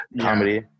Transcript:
comedy